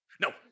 No